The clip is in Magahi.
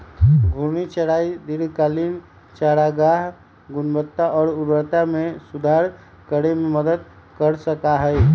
घूर्णी चराई दीर्घकालिक चारागाह गुणवत्ता और उर्वरता में सुधार करे में मदद कर सका हई